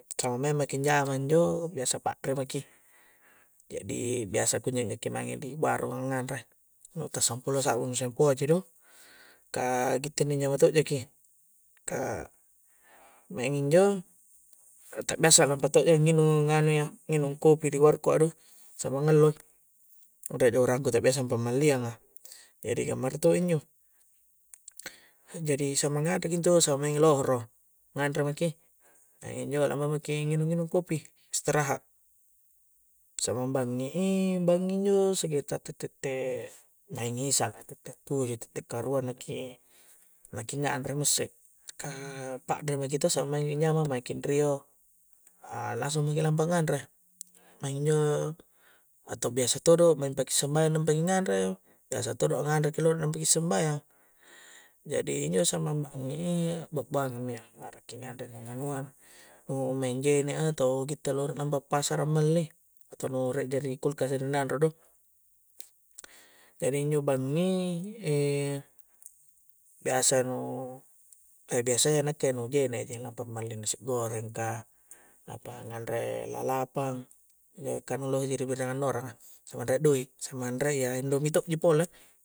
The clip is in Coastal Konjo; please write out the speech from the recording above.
Tramaeng' maki' njama' injo' biasa pa're maki', jadi biasa kunjo' maki' maeng di warung nganre' nu' tasampulo' sa'bu nu' sempoi' ji do, kah kitte' nijama' to' jaki' kah maeng' njo' ta' biasa lampa' to' ja nginung' anu' ya, nginung kopi' di warko' a do samang ngallo'i re' urangku ta' biasa pammalli'angang' jadi njo', kunjo' di samangati ki intu' samaing lo horo', nganre maki' maeng' njo lampa maki' nginung-nginung kopi', istiraha'. samang banging'i, banging'i injo' sekitar te' tette' maeng' isa', te'tte tuju' te'tte karua' nakke' nganre mo isse', kah pa're maki to' samaing' nyamang maki' rio', a' langsung maki lampa' nganre', maeng njo' atau biasa to do' maeng paki' sambayang nu nampa' nganre', biasa to do' a' nganre' ki dolo' nampa simbayang', jadi injo' samang' banging'i bu'buangimi iya are'ki nganre' nu nganua' nu' maeng genga' atau kitte' loro' nampa' passara malli' atau nu re' jari' kulkasa nu ni nandro do' jadi njo' banging' e' biasa nu' biasa ya nakke' nu gene' lampa' malli' nasi goreng, kah lampa nganre lalapang', kah nu lohe' ji ri' biring annoranga', nu anre' doi' samang re' yah indomi to' ji pole